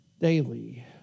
daily